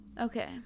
okay